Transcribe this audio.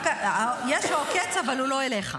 יש עוקץ, אבל הוא לא אליך.